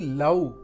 love